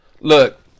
look